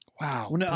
Wow